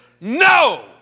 No